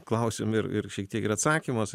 klausime ir ir šiek tiek ir atsakymas